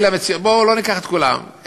בואו לא ניקח את כולם,